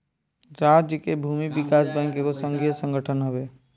राज्य के भूमि विकास बैंक एगो संघीय संगठन हवे